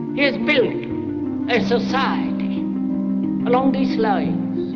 he's built a society along these lines.